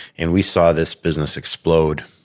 and we saw this business explode.